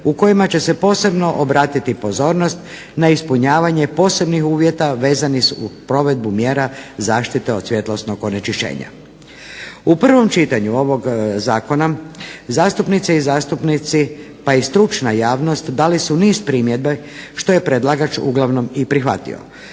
u kojima će se posebno obratiti pozornost na ispunjavanje posebnih uvjeta vezanih uz provedbu mjera zaštiti od svjetlosnog onečišćenja. U prvom čitanju ovog zakona zastupnice i zastupnici pa i stručna javnost dali su niz primjedbi što je predlagač uglavnom i prihvatio.